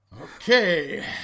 Okay